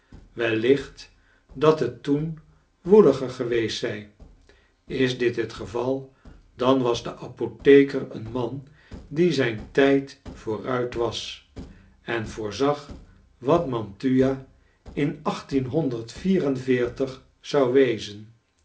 wellicht dat het toen woeliger geweest zij is dit het geval dan was de apotheker een man die zijn tijd vooruit was en voorzag wat mantua in achttienhonderd vier en veertig zou wezen